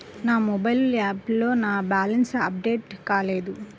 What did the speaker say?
నా మొబైల్ యాప్లో నా బ్యాలెన్స్ అప్డేట్ కాలేదు